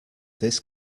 this